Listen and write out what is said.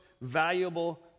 valuable